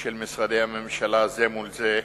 של משרדי הממשלה זה מול זה,